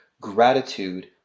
gratitude